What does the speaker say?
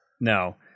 no